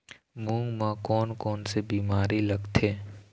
मूंग म कोन कोन से बीमारी लगथे?